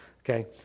Okay